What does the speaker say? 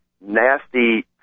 nasty